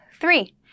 three